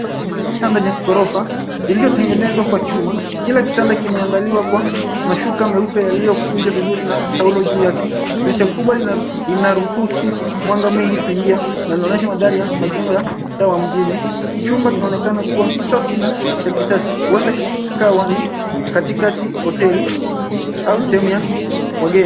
Kitanda chenye gorofa kilichotengenezwa kwa chuma. Kile kitanda kimeandaliwa kwa mashuka meupe yaliyokunjwa vizuri na taulo juu yake. Dirisha kubwa linaruhusu mwanga mwingi kuingia na linaonyesha mandhari ya majengo ya mtaa wa mjini. Chumba kinaonekana kuwa safi na cha kisasa, huenda kikawa ni katikati hoteli au sehemu ya wageni.